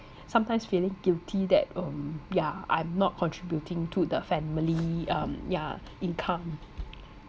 sometimes feeling guilty that um yeah I'm not contributing to the family um yeah income